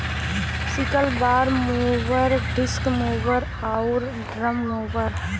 sickle bar mower, disc mower आउर drum mower